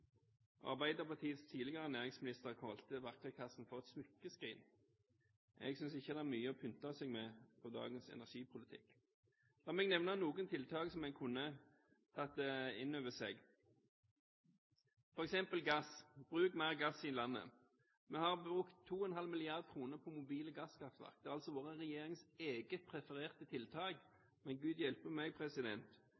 Arbeiderpartiets tidligere næringsminister kalte verktøykassen for et smykkeskrin. Jeg synes ikke dagens energipolitikk er mye å pynte seg med. La meg nevne noen tiltak som en kunne tatt inn over seg, f.eks. gass. Bruk mer gass i landet. Vi har brukt 2,5 mrd. kr på mobile gasskraftverk. Det har altså vært regjeringens eget prefererte tiltak,